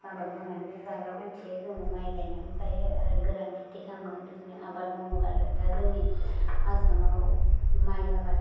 आबाद मावनानैनो जाग्रा मानसि जोङो माय गायनानै जायो आरो गोरान खिथि खालामो बिदिनो आबाद मावो आरो दा जोंनि आसामाव माय आबाद